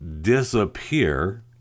disappear